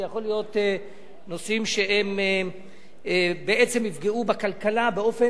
זה יכול להיות נושאים שהם בעצם יפגעו בכלכלה באופן,